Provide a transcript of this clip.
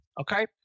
Okay